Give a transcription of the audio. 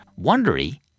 Wondery